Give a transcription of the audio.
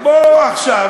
בוא עכשיו,